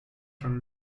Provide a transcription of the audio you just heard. schon